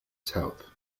south